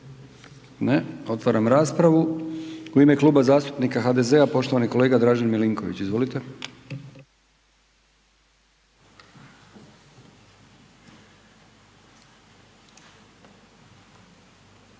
Ne. Otvaram raspravu. U ime Kluba zastupnika HDZ-a poštovani kolega Dražen Milinković. Izvolite.